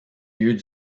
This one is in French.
lieu